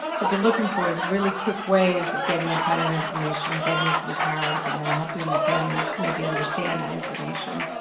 what they're looking for is really quick ways of getting that kind of information, getting it to the parents and then helping the families maybe understand that information.